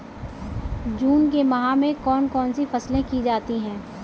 जून के माह में कौन कौन सी फसलें की जाती हैं?